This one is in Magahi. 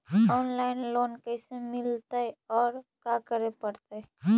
औनलाइन लोन कैसे मिलतै औ का करे पड़तै?